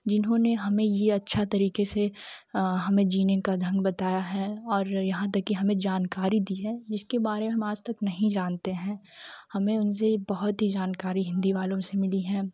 जिन्होंने ने हमें यह अच्छे तरीके से हमें जीने का ढंग बताया है और यहाँ तक की हमें जानकारी दी है जिसके बारे मे हम आज तक नहीं जानते हैं हमें उनसे बहुत ही जानकारी हिन्दी वालों से मिली है